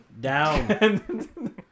Down